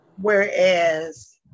whereas